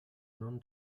non